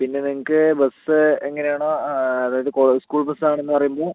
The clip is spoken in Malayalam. പിന്നെ നിങ്ങൾക്ക് ബസ് എങ്ങനെയാണ് അതായത് കോളേജ് സ്കൂൾ ബസ് ആണെന്ന് പറയുമ്പോൾ